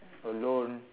alone